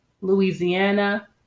Louisiana